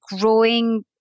growing